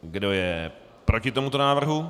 Kdo je proti tomuto návrhu?